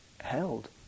held